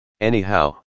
Anyhow